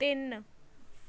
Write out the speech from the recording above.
ਤਿੰਨ